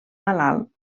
malalt